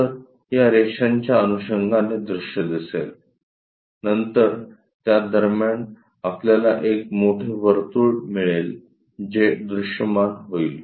तर या रेषांच्या अनुषंगाने दृश्य दिसेलनंतर त्या दरम्यान आपल्याला एक मोठे वर्तुळ मिळेल जे दृश्यमान होईल